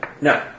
No